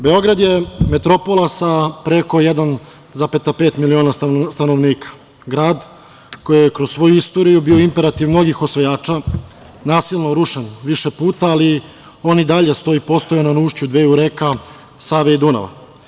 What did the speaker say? Beograd je metropola sa preko 1,5 miliona stanovnika, grad koji je kroz svoju istoriju bio imperativ mnogih osvajača, nasilno rušen više puta, ali on i dalje stoji postojano na ušću dveju reka Save i Dunava.